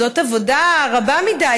זאת עבודה רבה מדי.